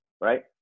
right